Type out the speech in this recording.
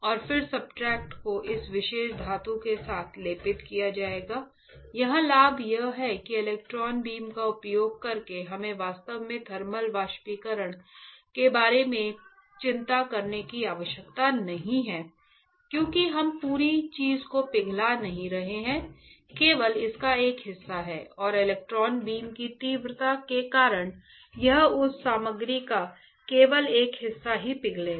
और फिर सब्सट्रेट को इस विशेष धातु के साथ लेपित किया जाएगा यहां लाभ यह है कि इलेक्ट्रॉन बीम का उपयोग करके हमें वास्तव में थर्मल वाष्पीकरण के बारे में चिंता करने की आवश्यकता नहीं है क्योंकि हम पूरी चीज को पिघला नहीं रहे हैं केवल इसका एक हिस्सा है और इलेक्ट्रॉन बीम की तीव्रता के कारण यह उस सामग्री का केवल एक हिस्सा ही पिघलेगा